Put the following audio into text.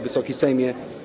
Wysoki Sejmie!